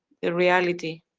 the reality